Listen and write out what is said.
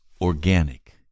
organic